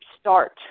start